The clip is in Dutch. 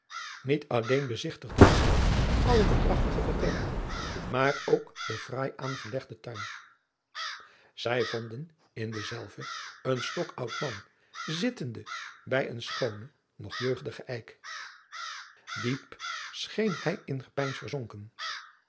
iet alleen bezigtigden zij alle de prachtige vertrekken maar ook den fraai aangelegden tuin ij vonden in denzelven een stokoud man zittende bij een schoonen nog jeugdigen eik iep scheen hij in gepeins verzonken